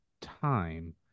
time